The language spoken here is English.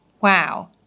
Wow